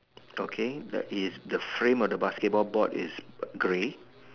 okay that is the frame of the basketball board is grey